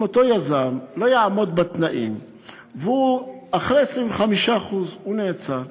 אם אותו יזם לא יעמוד בתנאים ואחרי 25% הוא נעצר,